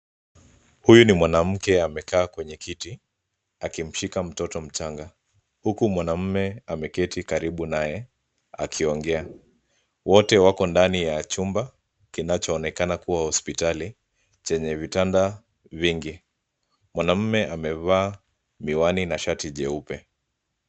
Huyu ni mwanamke amekaa kwenye kiti akimshika mtoto mchanga, huku mwanamme ameketi karibu nae akiongea. Wote wako ndani ya chumba kinachoonekana kuwa hospitali chenye vitanda vingi. Mwanamme amevaa miwani na shati jeupe.